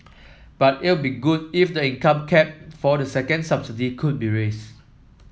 but it'd be good if the income cap for the second subsidy could be raised